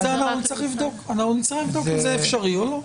לכן אמרנו שאת זה נצטרך לבדוק אם זה אפשרי או לא.